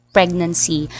pregnancy